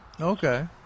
Okay